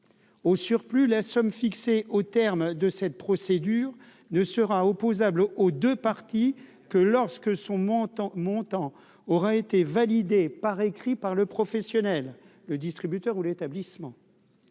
au surplus la somme fixée au terme de cette procédure ne sera opposable aux 2 parties que lorsque son montant montant aura été validé par écrit par le professionnel, le distributeur ou l'établissement